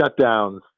shutdowns